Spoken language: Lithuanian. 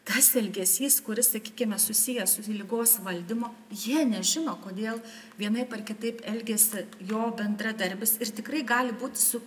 tas elgesys kuris sakykime susijęs su ligos valdymu jie nežino kodėl vienaip ar kitaip elgiasi jo bendradarbis ir tikrai gali būt su